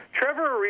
Trevor